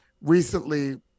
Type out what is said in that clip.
recently